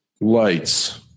lights